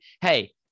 hey